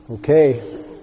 Okay